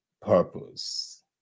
purpose